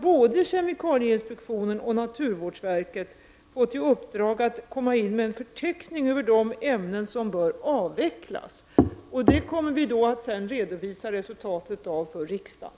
Både kemikalieinspektionen och naturvårdsverket har fått i uppdrag att komma med en förteckning över de ämnen som bör avvecklas. Resultatet av detta kommer vi att redovisa för riksdagen.